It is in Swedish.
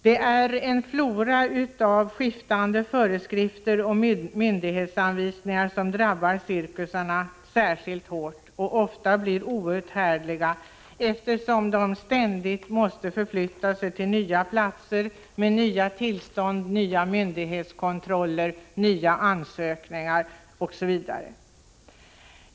Det är en flora av skiftande föreskrifter och myndighetsanvisningar som drabbar cirkusarna särskilt hårt och ofta blir outhärdliga, eftersom cirkusarna ständigt måste förflytta sig till nya platser med nya tillstånd, nya myndighetskontroller, nya ansökningar OSV.